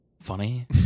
Funny